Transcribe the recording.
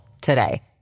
today